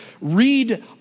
read